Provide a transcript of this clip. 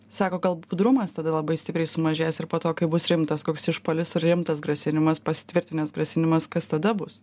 sako gal budrumas tada labai stipriai sumažės ir po to kai bus rimtas koks išpuolis ir rimtas grasinimas pasitvirtinęs grasinimas kas tada bus